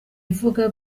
ivuga